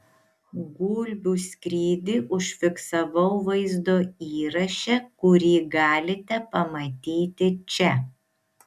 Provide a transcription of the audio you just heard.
gulbių skrydį užfiksavau vaizdo įraše kurį galite pamatyti čia